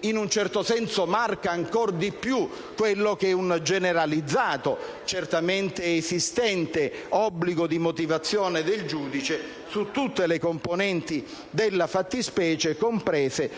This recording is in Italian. in un certo senso marca ancora di più quello che è un generalizzato, certamente esistente, obbligo di motivazione del giudice su tutte le componenti della fattispecie, comprese